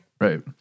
Right